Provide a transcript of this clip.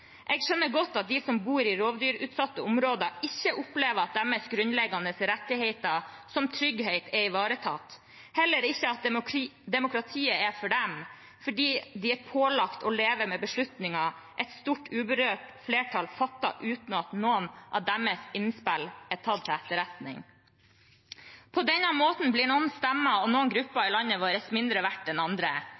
Jeg skjønner godt at de som bor i rovdyrutsatte områder, ikke opplever at deres grunnleggende rettigheter, som trygghet, er ivaretatt, heller ikke at demokratiet er for dem, for de er pålagt å leve med beslutninger som et stort, uberørt flertall har fattet uten at noen av deres innspill er tatt til etterretning. På denne måten blir noen stemmer og noen grupper i landet vårt mindre verdt enn andre.